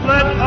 Let